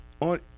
on